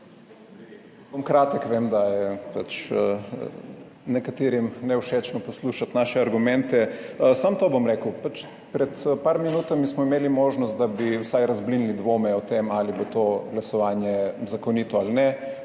Bom kratek. Vem, da je pač nekaterim nevšečno poslušati naše argumente. Samo to bom rekel, pred nekaj minutami smo imeli možnost, da bi vsaj razblinili dvome o tem, ali bo to glasovanje zakonito ali ne.